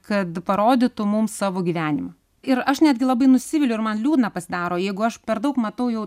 kad parodytų mums savo gyvenimą ir aš netgi labai nusiviliu ir man liūdna pasidaro jeigu aš per daug matau jau